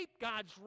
God's